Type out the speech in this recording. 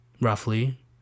roughly